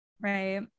right